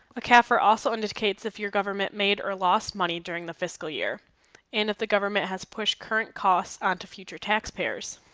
a cafr also indicates if your government made or lost money during the fiscal year and if the government has pushed current costs onto future taxpayers.